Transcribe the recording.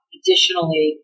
Additionally